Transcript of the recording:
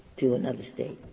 to another state?